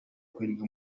bikorerwa